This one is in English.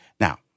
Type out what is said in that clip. Now